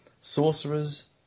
sorcerers